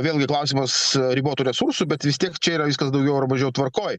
vėlgi klausimas ribotų resursų bet vis tiek čia yra viskas daugiau ar mažiau tvarkoj